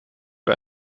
für